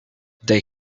they